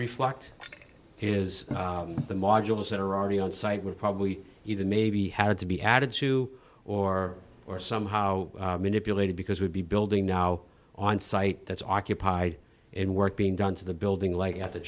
reflect is the modules that are already on site would probably even maybe had to be added to or are somehow manipulated because we'd be building now on site that's occupied and work being done to the building like at the